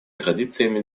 традициями